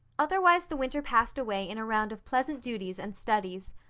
otherwise the winter passed away in a round of pleasant duties and studies.